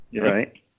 Right